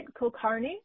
Kulkarni